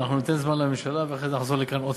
אנחנו ניתן זמן לממשלה ואחרי זה נחזור לכאן שוב.